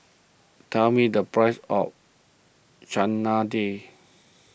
tell me the price of Chana Dal